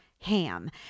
ham